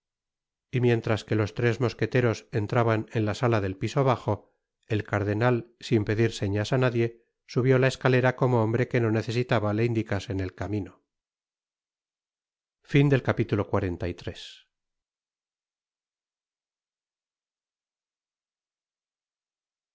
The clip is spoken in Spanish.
y mientras que los tres mosqueteros entraban en la sala del piso bajo el cardenal sin pedir señas á nadie subió la escalera como hombre que no necesitaba le indicasen el camino